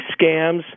scams